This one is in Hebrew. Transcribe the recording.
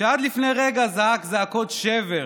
שעד לפני רגע זעק זעקות שבר,